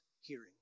hearing